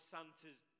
Santa's